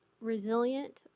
resilient